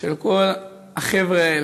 של כל החבר'ה האלה.